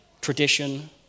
tradition